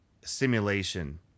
simulation